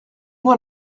mot